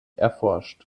erforscht